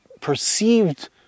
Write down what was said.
perceived